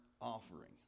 offering